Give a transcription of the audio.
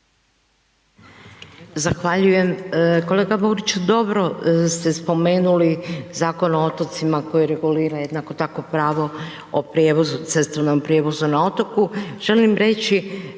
Zahvaljujem. Kolega Boriću, dobro ste spomenuli Zakon o otocima koji regulira, jednako tako pravo o prijevozu, cestovnom prijevozu na otoku. Želim reći